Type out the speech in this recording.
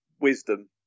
wisdom